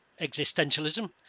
existentialism